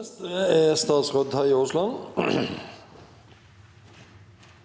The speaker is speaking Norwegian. Statsråd Terje Aasland